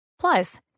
Plus